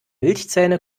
milchzähne